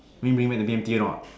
want me bring you back to B_M_T or not